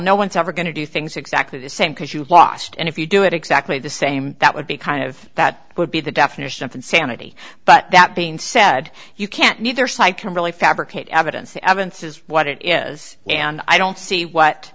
no one's ever going to do things exactly the same because you lost and if you do it exactly the same that would be kind of that would be the definition of insanity but that being said you can't neither side can really fabricate evidence the evidence is what it is and i don't see what